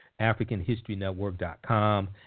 AfricanHistoryNetwork.com